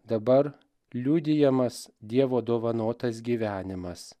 dabar liudijamas dievo dovanotas gyvenimas